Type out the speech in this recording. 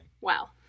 Wow